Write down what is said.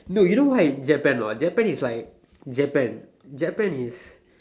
no you know why it's Japan or not Japan is like Japan Japan is